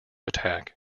attack